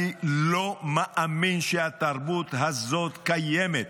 אני לא מאמין שהתרבות הזאת קיימת,